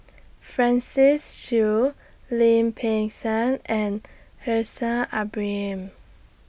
Francis Seow Lim Peng Siang and Haslir Bin Ibrahim